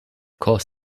course